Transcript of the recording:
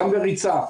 גם בריצה.